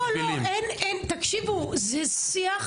סליחה, תקשיבו, זה שיח